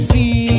See